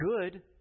good